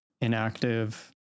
inactive